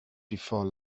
before